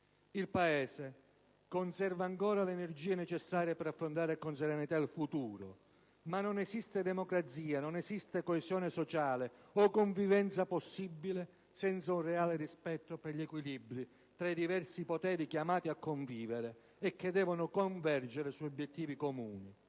Il Paese conserva ancora le energie necessarie per affrontare con serenità il futuro. Ma non esiste democrazia, non esiste coesione sociale o convivenza possibile senza un reale rispetto per gli equilibri tra i diversi poteri chiamati a convivere e che devono convergere su obiettivi comuni.